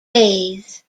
days